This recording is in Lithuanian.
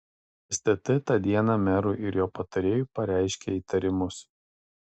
stt tą dieną merui ir jo patarėjui pareiškė įtarimus